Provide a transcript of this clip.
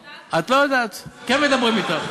איציק, למה אתם לא מדברים אתם?